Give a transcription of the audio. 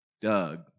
Doug